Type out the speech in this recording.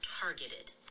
targeted